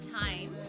time